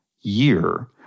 year